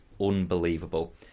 unbelievable